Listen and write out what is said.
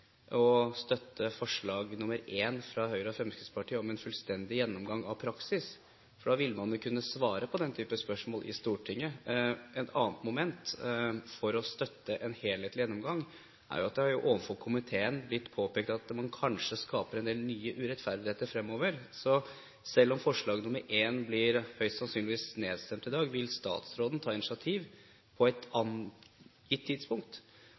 å støtte forslag nr. 1, fra Høyre og Fremskrittspartiet, om en fullstendig gjennomgang av praksis, for da ville man kunne svare på den type spørsmål i Stortinget. Et annet moment for å støtte en helhetlig gjennomgang er at det overfor komiteen er blitt påpekt at man kanskje skaper en del nye urettferdigheter fremover. Så selv om forslag nr. 1 høyst sannsynlig blir nedstemt i dag, vil statsråden ta initiativ på et angitt tidspunkt